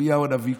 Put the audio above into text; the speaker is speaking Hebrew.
ירמיהו הנביא,